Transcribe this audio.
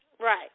Right